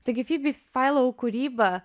taigi fibi failau kūryba